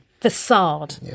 facade